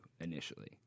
initially